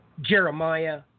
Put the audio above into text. Jeremiah